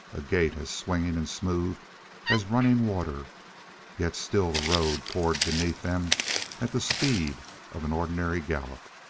a gait as swinging and smooth as running water yet still the road poured beneath them at the speed of an ordinary gallop.